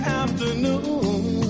afternoon